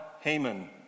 Haman